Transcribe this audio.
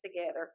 together